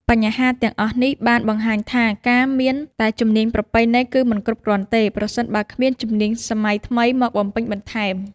បញ្ហាទាំងអស់នេះបានបង្ហាញថាការមានតែជំនាញប្រពៃណីគឺមិនគ្រប់គ្រាន់ទេ ប្រសិនបើគ្មានជំនាញសម័យថ្មីមកបំពេញបន្ថែម។